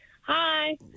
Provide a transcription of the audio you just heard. Hi